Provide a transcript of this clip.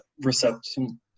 reception